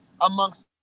amongst